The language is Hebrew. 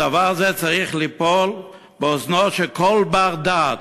דבר זה צריך ליפול באוזנו של כל בר-דעת.